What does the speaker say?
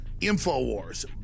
InfoWars